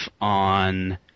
on